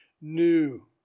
new